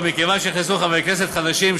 מכיוון שנכנסו חברי כנסת חדשים,